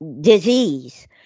disease